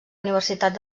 universitat